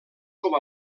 com